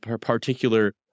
particular